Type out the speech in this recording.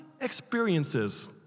experiences